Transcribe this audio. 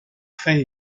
fame